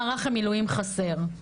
מערך המילואים חסר,